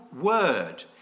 word